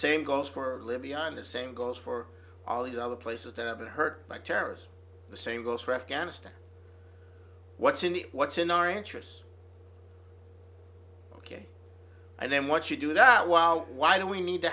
same goes for libya and the same goes for all these other places that have been hurt by terrorists the same goes for afghanistan what's in the what's in our interests ok and then what you do that well why do we need to